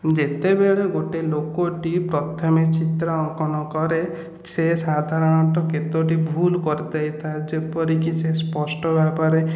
ଯେତେବେଳେ ଗୋଟିଏ ଲୋକଟି ପ୍ରଥମେ ଚିତ୍ର ଅଙ୍କନ କରେ ସେ ସାଧାରଣତଃ କେତୋଟି ଭୁଲ କରିଦେଇଥାଏ ଯେପରିକି ସେ ସ୍ପଷ୍ଟ ଭାବରେ